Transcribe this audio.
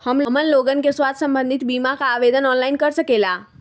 हमन लोगन के स्वास्थ्य संबंधित बिमा का आवेदन ऑनलाइन कर सकेला?